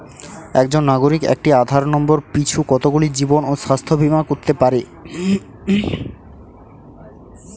একজন নাগরিক একটি আধার নম্বর পিছু কতগুলি জীবন ও স্বাস্থ্য বীমা করতে পারে?